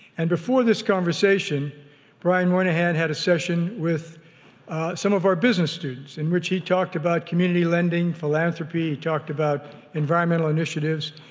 and before this conversation brian moynihan had a session with some of our business students in which he talked about community lending, philanthropy. he talked about environment initiatives,